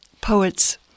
poets